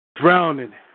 Drowning